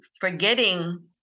forgetting